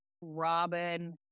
robin